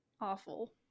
awful